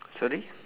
sorry